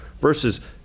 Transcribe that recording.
versus